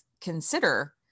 consider